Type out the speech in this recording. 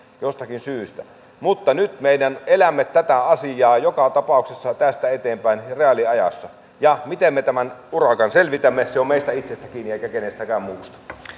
jostakin syystä mutta nyt me elämme tätä asiaa joka tapauksessa tästä eteenpäin reaaliajassa ja miten me tämän urakan selvitämme se on meistä itsestämme kiinni eikä kenestäkään muusta